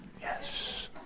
Yes